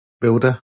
builder